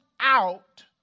out